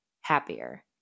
happier